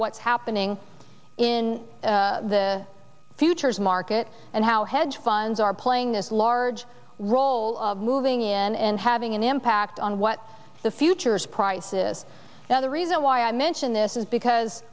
what's happening in the futures market and how hedge funds are playing this large role of moving in and having an impact on what the futures prices now the reason why i mention this is because